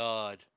God